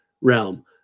realm